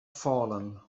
fallen